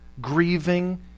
grieving